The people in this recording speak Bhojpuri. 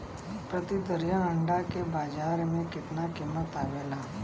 प्रति दर्जन अंडा के बाजार मे कितना कीमत आवेला?